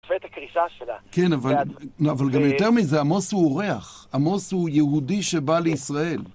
כן, אבל גם יותר מזה, עמוס הוא אורח. עמוס הוא יהודי שבא לישראל.